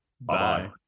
Bye